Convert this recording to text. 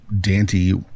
Dante